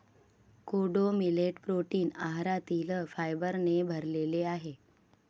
कोडो millet protein आहारातील फायबरने भरलेले आहे